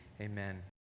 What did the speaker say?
Amen